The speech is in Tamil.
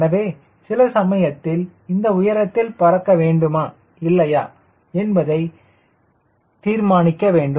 எனவே சில சமயத்தில் இந்த உயரத்தில் பறக்க வேண்டுமா இல்லையா என்பதை தீர்மானிக்கும்